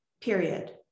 period